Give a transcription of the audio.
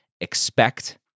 Expect